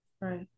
Right